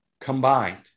combined